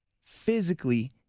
Physically